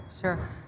sure